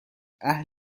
اهل